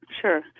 Sure